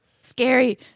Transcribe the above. Scary